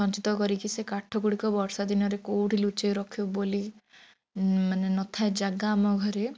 ସଞ୍ଚିତ କରିକି ସେ କାଠ ଗୁଡ଼ିକ ବର୍ଷାଦିନରେ କେଉଁଠି ଲୁଚାଇ ରଖିବୁ ବୋଲି ମାନେ ନଥାଏ ଜାଗା ଆମ ଘରେ